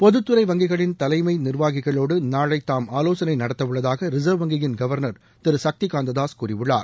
பொதுத்துறை வங்கிகளின் தலைமை நிர்வாகிகளோடு நாளை தாம் ஆலோசனை நடத்தவுள்ளதாக ரிசர்வ் வங்கியின் கவர்னர் திரு சக்திகாந்ததாஸ் கூறியுள்ளார்